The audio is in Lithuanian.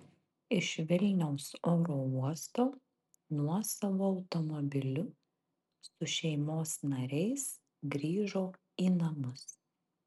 iš vilniaus oro uosto nuosavu automobiliu su šeimos nariais grįžo į namus